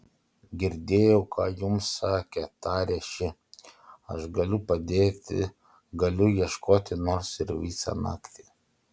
girdėjau ką jums sakė tarė ši aš galiu padėti galiu ieškoti nors ir visą naktį